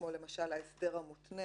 כמו למשל ההסדר המותנה